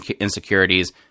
insecurities